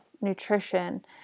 nutrition